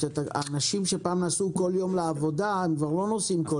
אנשים שפעם נסעו כל יום לעבודה כבר לא נוסעים כל יום.